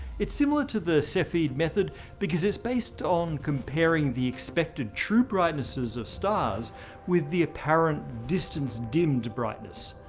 it's similar to the cepheid method because it's based on comparing the expected, true brightnesses of stars with the apparent, distance-dimmed brightness.